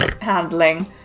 Handling